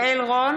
אינו נוכח יעל רון